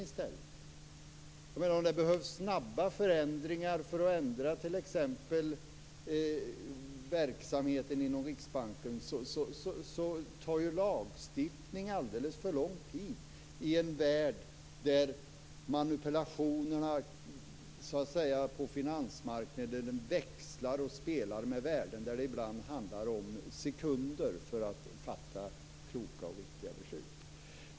Om det t.ex. behövs snabba förändringar i verksamheten inom Riksbanken tar ju lagstiftning alldeles för lång tid, i en värld där manipulationerna på finansmarknaden växlar så snabbt och spelar med sådana värden att det ibland handlar om sekunder för att fatta kloka och riktiga beslut.